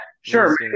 Sure